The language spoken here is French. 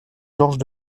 georges